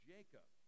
Jacob